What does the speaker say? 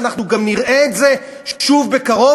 ואנחנו גם נראה את זה שוב בקרוב,